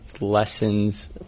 lessons